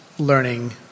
learning